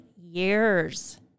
years